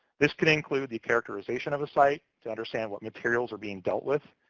this could include the characterization of a site to understand what materials are being dealt with,